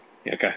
Okay